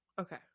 Okay